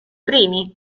primi